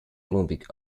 olympic